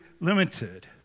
limited